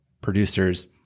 producers